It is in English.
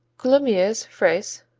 coulommiers frais,